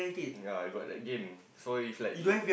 ya I got the game so if like it